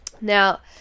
Now